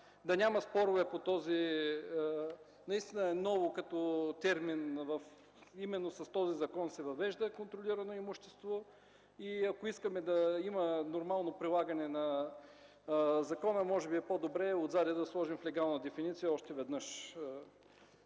да няма спорове по този... Наистина е ново като термин, именно с този закон се въвежда „контролирано имущество” и ако искаме да има нормално прилагане на закона, може би е по-добре отзад да сложим в легална дефиниция още веднъж